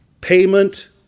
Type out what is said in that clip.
Payment